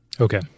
Okay